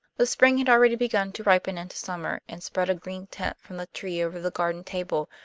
the spring had already begun to ripen into summer, and spread a green tent from the tree over the garden table,